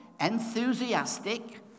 enthusiastic